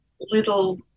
little